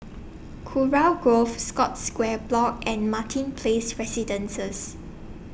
Kurau Grove Scotts Square Block and Martin Place Residences